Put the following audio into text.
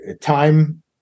time